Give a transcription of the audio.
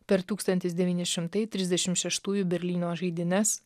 per tūkstantis devyni šimtai trisdešim šeštųjų berlyno žaidynes